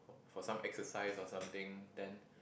for some exercise or something then